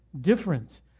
different